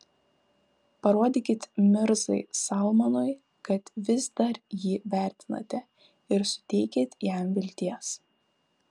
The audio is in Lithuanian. parodykit mirzai salmanui kad vis dar jį vertinate ir suteikit jam vilties